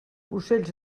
ocells